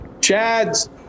Chad's